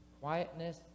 quietness